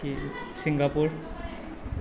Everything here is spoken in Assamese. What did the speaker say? ছিংগাপুৰ